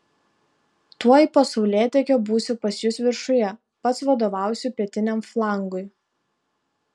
tuoj po saulėtekio būsiu pas jus viršuje pats vadovausiu pietiniam flangui